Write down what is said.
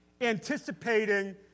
anticipating